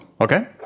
Okay